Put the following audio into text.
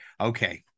Okay